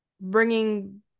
Bringing